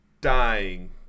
dying